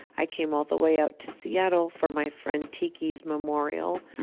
i came all the way out to seattle for my friend tiki's memorial.